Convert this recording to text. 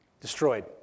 Destroyed